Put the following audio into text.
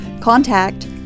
contact